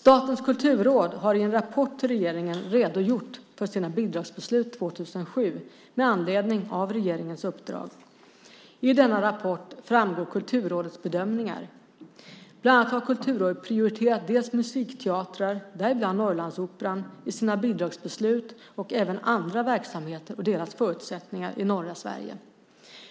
Statens kulturråd har i en rapport till regeringen redogjort för sina bidragsbeslut 2007 med anledning av regeringens uppdrag. I denna rapport framgår Kulturrådets bedömningar. Bland annat har Kulturrådet prioriterat musikteatrar, däribland Norrlandsoperan, i sina bidragsbeslut och även andra verksamheter och deras förutsättningar i norra Sverige.